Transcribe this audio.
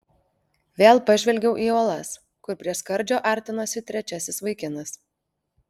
vėl pažvelgiau į uolas kur prie skardžio artinosi trečiasis vaikinas